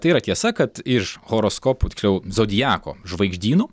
tai yra tiesa kad iš horoskopų tiksliau zodiako žvaigždynų